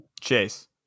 Chase